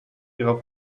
ihrer